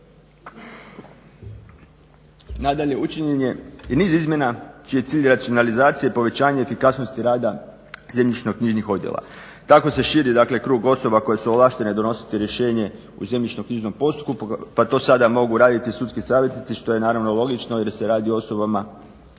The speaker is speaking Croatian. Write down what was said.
Nadalje učinjen je i niz izmjena čiji je cilj racionalizacija i povećanje efikasnosti rada zemljišnoknjižnih odjela. Tako se širi krug osoba koje su ovlaštene donositi rješenje u zemljišnoknjižnom postupku, pa to sada mogu raditi sudski savjetnici što je naravno logično jer se radi o osobama